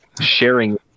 sharing